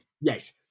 Yes